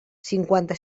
cinquanta